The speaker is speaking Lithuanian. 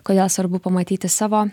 kodėl svarbu pamatyti savo